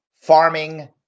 Farming